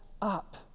up